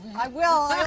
i will.